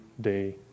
day